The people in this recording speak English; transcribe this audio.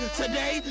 today